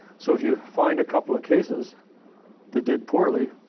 so if you find a couple of cases that did poorly.